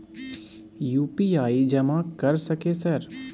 UPI जमा कर सके सर?